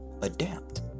Adapt